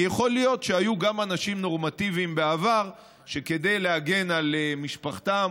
כי יכול להיות שהיו גם אנשים נורמטיביים בעבר שכדי להגן על משפחתם,